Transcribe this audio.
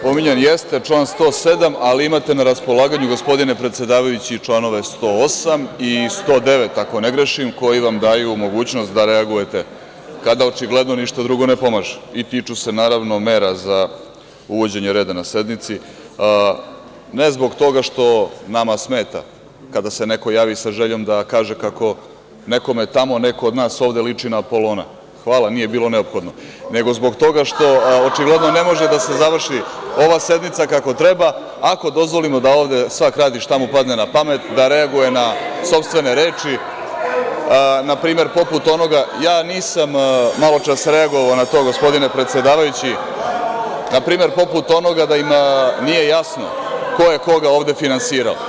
Pominjan jeste član 107, ali imate na raspolaganju, gospodine predsedavajući, i čl. 108. i 109. ako ne grešim, koji vam daju mogućnost da reagujete kada očigledno ništa drugo ne pomaže i tiču se naravno mera za uvođenje reda na sednici, ne zbog toga što nama smeta kada se neko javi sa željom da kaže kako nekome tamo neko od nas ovde liči na Apolona, hvala, nije bio neophodno, nego zbog toga što očigledno ne može da se završi ova sednica kako treba ako dozvolimo da ovde svak radi šta mu padne na pamet, da reaguje na sopstvene reči, npr. poput onoga – ja nisam maločas reagovao na to, gospodine predsedavajući, da im nije jasno ko je koga ovde finansirao.